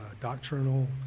doctrinal